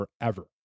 forever